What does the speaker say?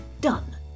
done